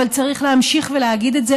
אבל צריך להמשיך ולהגיד את זה,